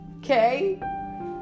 okay